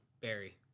barry